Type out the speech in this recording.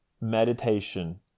Meditation